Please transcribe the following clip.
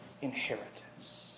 inheritance